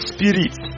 Spirit